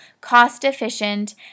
cost-efficient